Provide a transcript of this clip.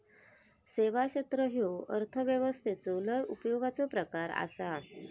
सेवा क्षेत्र ह्यो अर्थव्यवस्थेचो लय उपयोगाचो प्रकार आसा